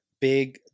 big